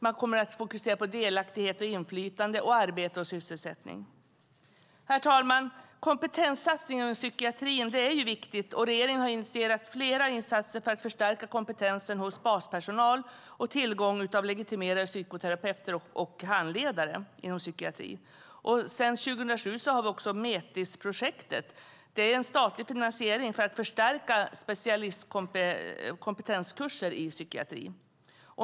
Man kommer att fokusera på delaktighet, inflytande, arbete och sysselsättning. Kompetenssatsning inom psykiatrin är viktig, och regeringen har initierat flera insatser för att förstärka kompetensen hos baspersonal, tillgång till legitimerade psykoterapeuter och handledare inom psykiatri. Sedan 2007 har vi också Metisprojektet. Det är en statlig finansiering för att förstärka specialistkompetenskurser i psykiatri.